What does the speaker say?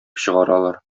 чыгаралар